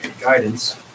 Guidance